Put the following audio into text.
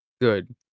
good